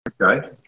okay